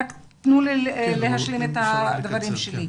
רק תנו לי להשלים את הדברים שלי.